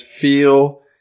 feel